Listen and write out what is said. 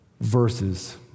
verses